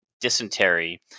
dysentery